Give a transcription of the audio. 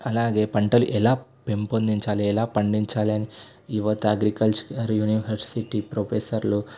అలాగే పంటలు ఎలా పెంపొందించాలి ఎలా పండించాలి అని ఈ ఒక అగ్రికల్చరల్ యూనివర్సిటీ ప్రొఫెసర్లు